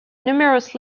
numerous